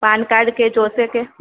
પાન card કે જોઈશે કે